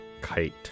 kite